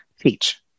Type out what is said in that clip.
teach